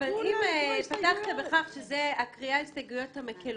כולה לקרוא הסתייגויות.